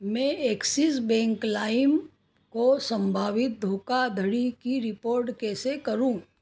मैं Axis Bank Lime को संभावित धोखाधड़ी की रिपोर्ट कैसे करूँ